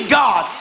god